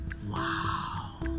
wow